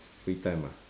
free time ah